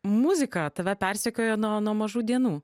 muzika tave persekiojo nuo nuo mažų dienų